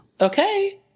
Okay